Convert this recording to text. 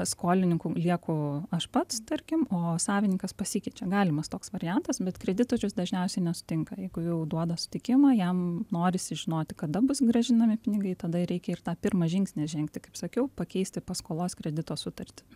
skolininku lieku aš pats tarkim o savininkas pasikeičia galimas toks variantas bet kreditorius dažniausiai nesutinka jeigu jau duoda sutikimą jam norisi žinoti kada bus grąžinami pinigai tada ir reikia ir tą pirmą žingsnį žengti kaip sakiau pakeisti paskolos kredito sutartį